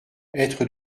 être